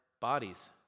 bodies